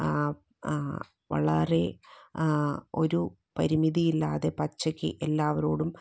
വളരെ ഒരു പരിമിതിയില്ലാതെ പച്ചയ്ക്ക് എല്ലാവരോടും